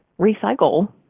recycle